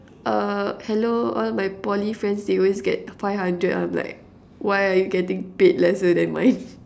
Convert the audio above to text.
uh hello all my Poly friends they always get five hundred I'm like why are you getting paid lesser then mine